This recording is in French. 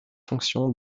fonction